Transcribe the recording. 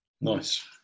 Nice